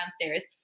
downstairs